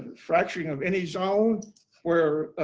fracturing of any zone where,